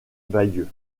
bayeux